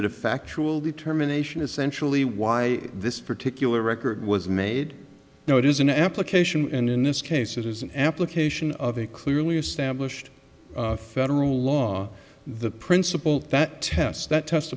that a factual determination essentially why this particular record was made now it is an application and in this case it is an application of a clearly established federal law the principle that test that test